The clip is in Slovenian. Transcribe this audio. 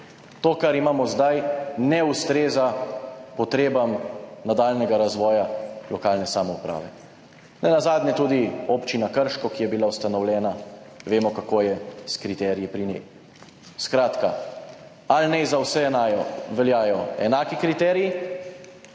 To, kar imamo zdaj, ne ustreza potrebam nadaljnjega razvoja lokalne samouprave. Nenazadnje tudi občina Krško, ki je bila ustanovljena, vemo, kako je s kriteriji pri njej. Skratka, ali naj za vse veljajo enaki kriteriji,